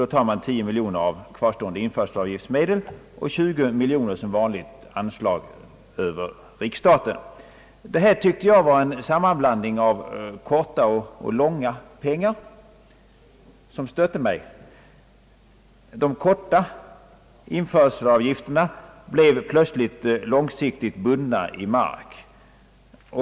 Då tar man 10 miljoner av kvarstående införselavgiftsmedel och 20 miljoner som vanligt anslag över riksstaten. Denna sammanblandning av korta och långa pengar stötte mig. De korta införselavgifterna blir plötsligt långsiktigt bundna i mark.